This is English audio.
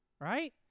right